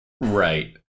Right